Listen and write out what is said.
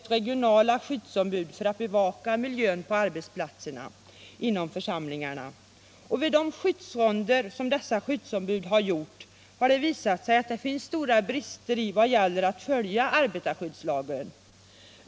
regionala skyddsombud för att bevaka miljön på arbetsplatserna inom församlingarna. Vid de skyddsronder som dessa skyddsombud har gjort har det visat sig att det finns stora brister i vad gäller att följa arbetarskyddslagen.